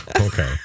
okay